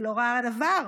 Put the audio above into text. ולא ראה דבר,